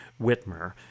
Whitmer